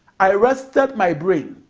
i rested my brain